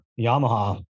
Yamaha